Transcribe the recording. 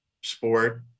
sport